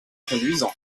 conduisant